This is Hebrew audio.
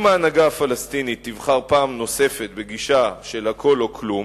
אם ההנהגה הפלסטינית תבחר פעם נוספת בגישה של "הכול או כלום"